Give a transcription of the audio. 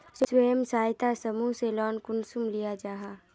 स्वयं सहायता समूह से लोन कुंसम लिया जाहा?